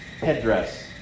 headdress